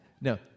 no